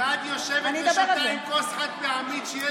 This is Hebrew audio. ואת שותה בכוס חד-פעמית כשיש כוס חרסינה לידך.